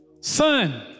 Son